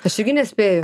aš irgi nespėju